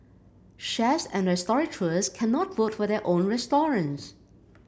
chefs and restaurateurs cannot vote for their own restaurants